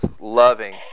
loving